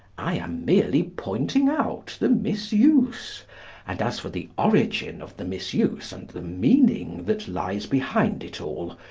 i am merely pointing out the misuse and as for the origin of the misuse and the meaning that lies behind it all,